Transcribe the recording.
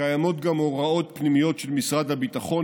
קיימות גם הוראות פנימיות של משרד הביטחון